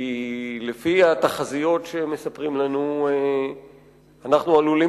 כי לפי התחזיות שמספרים לנו אנחנו עלולים